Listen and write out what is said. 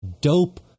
dope